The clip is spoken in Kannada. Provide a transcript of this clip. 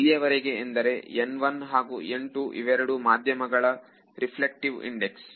ಎಲ್ಲಿಯವರೆಗೆಂದರೆ ಹಾಗೂ ಇವೆರಡು ಮಾಧ್ಯಮ ಗಳ ರೆಫ್ರಾಕ್ಟಿವೆ ಇಂದೆಕ್ಸ್